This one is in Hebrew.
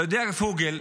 אתה יודע, פוגל,